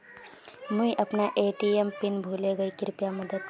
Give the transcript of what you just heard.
मुई अपना ATM PIN भूले गही कृप्या मदद कर